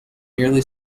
merely